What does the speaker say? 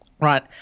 right